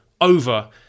over